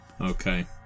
Okay